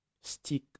stick